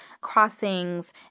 crossings